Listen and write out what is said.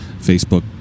facebook